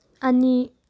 ꯑꯅꯤ